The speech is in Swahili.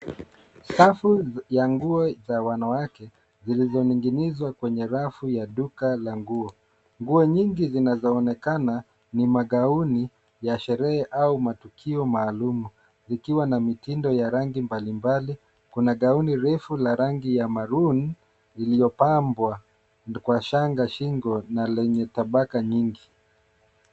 Safu ya nguo za wanawake zilizoning'inizwa kwenye rafu ya duka la nguo. Nguo nyingi zinazoonekana ni magauni ya sherehe au matukio maalumu zikiwa na mitindo ya rangi mbalimbali. Kuna gauni refu la rangi ya maroon iliyopambwa kwa shanga shingo na lenye tabaka nyingi.